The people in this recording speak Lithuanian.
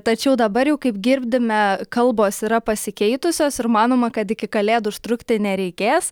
tačiau dabar jau kaip girdime kalbos yra pasikeitusios ir manoma kad iki kalėdų užtrukti nereikės